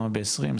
ב-2020,